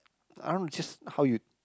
I don't know just how you